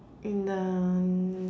in the